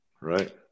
right